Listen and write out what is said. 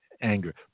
anger